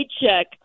paycheck